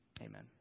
Amen